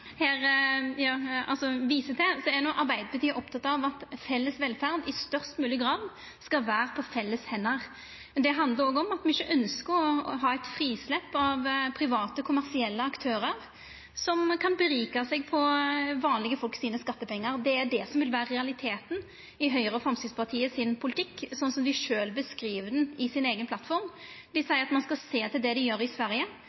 her viser til, er Arbeidarpartiet oppteke av at felles velferd i størst mogleg grad skal vera på felles hender. Det handlar òg om at me ikkje ønskjer eit frislepp av private, kommersielle aktørar som kan sko seg på vanlege folks skattepengar. Det er det som vil vera realiteten i politikken til Høgre og Framstegspartiet, slik dei sjølv beskriv han i sin eigen plattform. Dei seier at ein skal sjå til det dei gjer i Sverige.